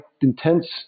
intense